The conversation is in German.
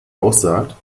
aussaat